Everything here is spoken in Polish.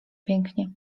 pięknie